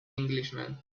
englishman